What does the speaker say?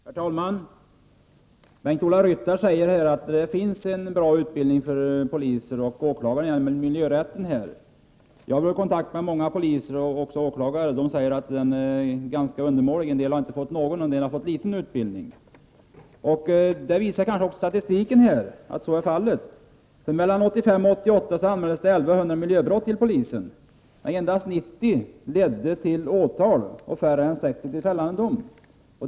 Herr talman! Bengt-Ola Ryttar säger att det finns en bra utbildning för poliser och åklagare i miljörätt. Jag har varit i kontakt med många poliser och åklagare, och de säger att den är ganska undermålig. En del har inte fått någon utbildning, och en del har fått en kort utbildning. Statistiken visar att så är fallet. 1985—1988 anmäldes det 1 100 miljöbrott till polisen. Endast 90 fall leder till åtal och färre än 60 till fällande dom.